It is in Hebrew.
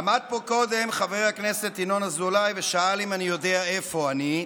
עמד פה קודם חבר הכנסת ינון אזולאי ושאל אם אני יודע איפה אני.